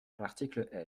l’article